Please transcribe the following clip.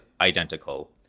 identical